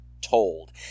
told